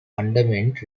underwent